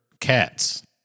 Cats